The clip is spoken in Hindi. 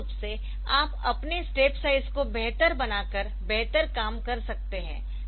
निश्चित रूप से आप अपने स्टेप साइज को बेहतर बनाकर बेहतर काम कर सकते है